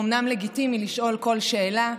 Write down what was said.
אומנם לגיטימי לשאול כל שאלה,